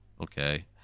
okay